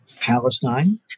Palestine